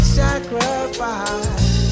sacrifice